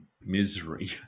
misery